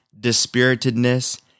dispiritedness